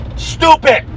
stupid